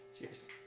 Cheers